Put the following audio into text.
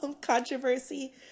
controversy